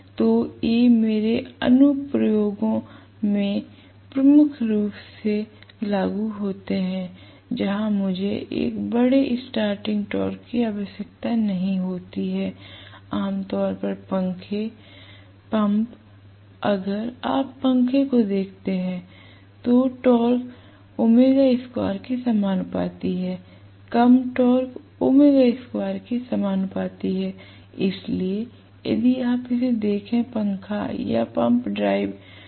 तो ये उन अनुप्रयोगों में मुख्य रूप से लागू होते हैं जहाँ मुझे एक बड़े स्टार्टिंग टॉर्क की आवश्यकता नहीं होती है आमतौर पर पंखे पंप अगर आप पंखे को देखते हैं तो टॉर्क ω² के समानुपाती है कम टॉर्क ω² के समानुपाती है इसलिए यदि आप इसे देखें पंखा या पंप ड्राइव तो